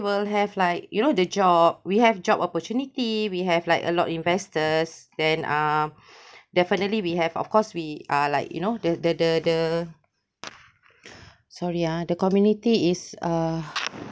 will have like you know the job we have job opportunity we have like a lot investors then uh definitely we have of course we are like you know the the the sorry uh the community is uh